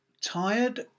tired